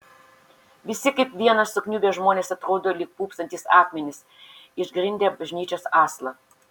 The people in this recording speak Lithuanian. visi kaip vienas sukniubę žmonės atrodo lyg pūpsantys akmenys išgrindę bažnyčios aslą